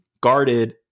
guarded